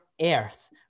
earth